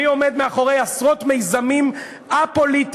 מי עומד מאחורי עשרות מיזמים א-פוליטיים,